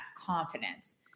confidence